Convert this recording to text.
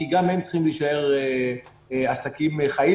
כי גם הם צריכים להישאר עסקים חיים.